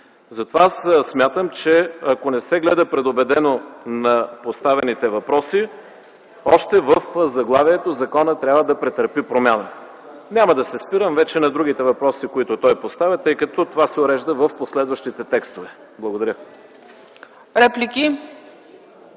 Затова аз смятам, че ако не се гледа предубедено на поставените въпроси, още в заглавието законът трябва да претърпи промяна. Няма да се спирам на другите въпроси, които той поставя, тъй като това се урежда в последващите текстове. Благодаря.